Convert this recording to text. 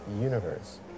universe